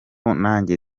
nanjye